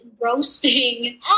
roasting